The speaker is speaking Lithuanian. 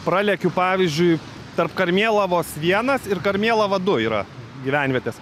pralekiu pavyzdžiui tarp karmėlavos vienas ir karmėlava du yra gyvenvietės